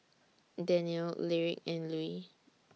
Danniel Lyric and Lue